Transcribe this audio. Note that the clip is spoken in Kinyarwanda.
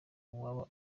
uwaba